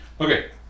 Okay